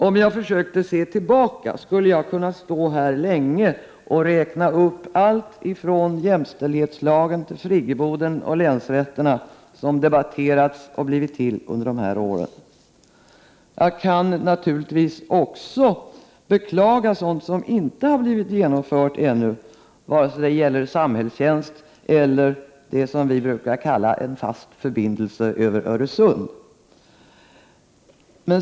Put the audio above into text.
Om jag försökte se tillbaka skulle jag kunna stå här länge och räkna upp allt ifrån jämställdhetslagen till friggeboden och länsrätterna som debatterats och blivit till under de här åren. Jag kan naturligtvis också beklaga sådant som inte har blivit genomfört ännu, vare sig det gäller samhällstjänst eller det som vi brukar kalla ”en fast förbindelse över Öresund”.